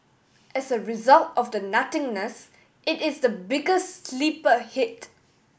as a result of the nothingness it is the biggest sleeper hit